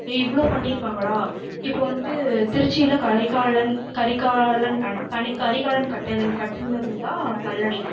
இவ்வளோ பண்ணியிருக்காங்களா இப்போது வந்துட்டு திருச்சியில் கரிகாலன் கரிகாலன் கண் கரிகாலன் கட்டது கட்டுனது தான் கல்லணை